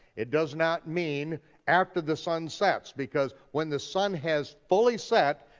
it does not mean after the sun sets. because when the sun has fully set,